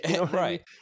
Right